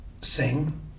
sing